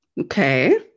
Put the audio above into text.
Okay